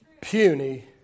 puny